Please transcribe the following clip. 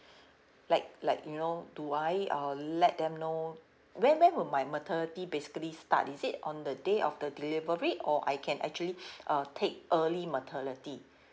like like you know do I uh let them know when when would my maternity basically start is it on the day of the delivery or I can actually uh take early maternity